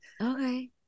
Okay